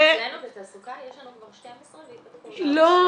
-- אצלנו בתעסוקה יש לנו כבר 12 ויפתחו עוד -- לא,